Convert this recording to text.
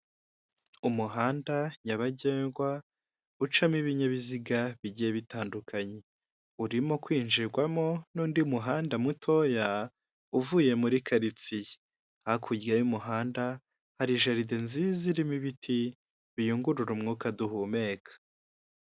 Umunara muremure cyane w'itumanaho uri mu mabara y'umutuku ndetse n'umweru bigaragara ko ari uwa eyateri hahagaze abatekinisiye bane bigaragara yuko bari gusobanurira aba bantu uko uyu munara ukoreshwa aha bantu bari gusobanurira bambaye amajire y'umutuku.